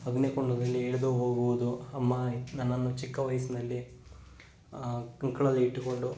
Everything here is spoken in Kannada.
ಅಗ್ನಿಕುಂಡದಲ್ಲಿ ಇಳಿದು ಹೋಗುವುದು ಅಮ್ಮ ನನ್ನನ್ನು ಚಿಕ್ಕ ವಯಸ್ಸಿನಲ್ಲಿ ಕಂಕುಳಲ್ಲಿ ಇಟ್ಟುಕೊಂಡು